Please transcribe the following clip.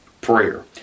Prayer